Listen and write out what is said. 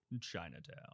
Chinatown